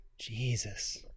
Jesus